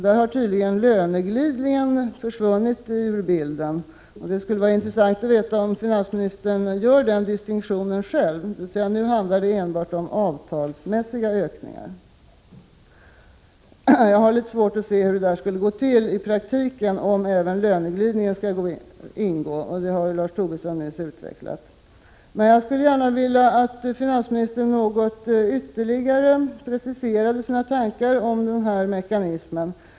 Där har tydligen löneglidningen försvunnit ur bilden. Det skulle vara intressant att veta om finansministern själv gör den distinktionen, dvs. att det nu enbart handlar om avtalsmässiga ökningar. Jag har litet svårt att se hur det skulle gå till i praktiken om även löneglidningen skulle ingå. Den synpunkten har Lars Tobisson nyss utvecklat. Jag skulle gärna vilja att finansministern något ytterligare preciserade sina tankar om denna mekanism.